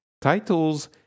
titles